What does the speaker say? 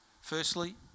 Firstly